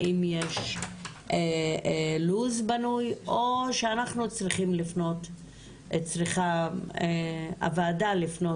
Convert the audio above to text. האם יש לוח זמנים בנוי או שהוועדה צריכה לפנות